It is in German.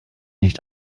nicht